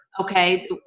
okay